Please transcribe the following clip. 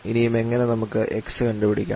ഇനിയും എങ്ങനെ നമുക്ക് x കണ്ടുപിടിക്കാം